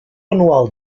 anual